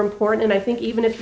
important and i think even if you